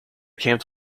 camps